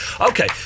Okay